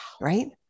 Right